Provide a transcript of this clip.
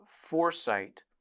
foresight